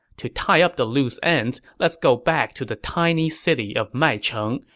to tie up the loose ends, let's go back to the tiny city of maicheng,